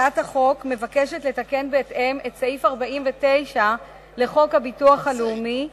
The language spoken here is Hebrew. הצעת החוק מבקשת לתקן בהתאם את סעיף 49 לחוק הביטוח הלאומי,